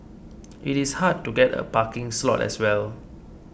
it is hard to get a parking slot as well